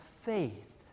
faith